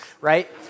right